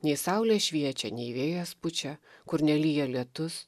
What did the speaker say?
nei saulė šviečia nei vėjas pučia kur nelyja lietus